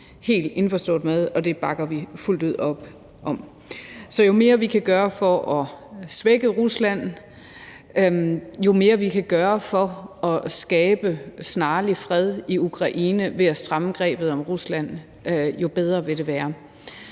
helt indforstået med, og det bakker vi fuldt ud op om. Så jo mere, vi kan gøre for at svække Rusland, og jo mere vi kan gøre for at skabe snarlig fred i Ukraine ved at stramme grebet om Rusland, jo bedre vil det være.